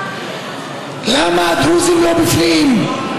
למה הדרוזים לא בפנים?